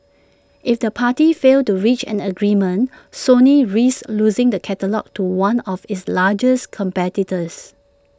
if the parties fail to reach an agreement Sony risks losing the catalogue to one of its largest competitors